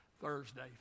Thursday